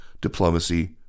diplomacy